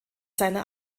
seiner